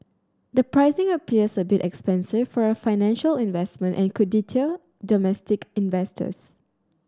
the pricing appears a bit expensive for a financial investment and could deter domestic investors